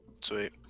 Sweet